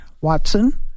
Watson